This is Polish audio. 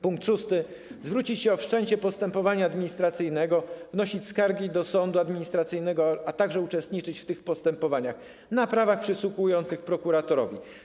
Pkt 6: może zwrócić się o wszczęcie postępowania administracyjnego, wnosić skargi do sądu administracyjnego, a także uczestniczyć w tych postępowaniach na prawach przystępujących prokuratorowi.